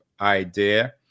idea